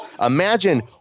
Imagine